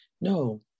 No